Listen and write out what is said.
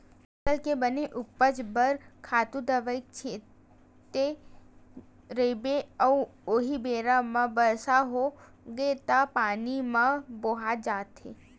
फसल के बने उपज बर खातू दवई छिते रहिबे अउ उहीं बेरा म बरसा होगे त पानी म बोहा जाथे